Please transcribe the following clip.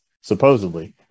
supposedly